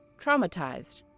traumatized